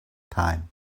time